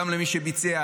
גם למי שביצע,